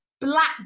black